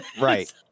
Right